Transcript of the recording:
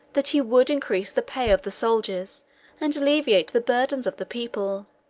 that he would increase the pay of the soldiers and alleviate the burdens of the people.